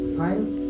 Science